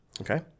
okay